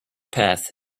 path